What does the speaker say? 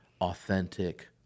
authentic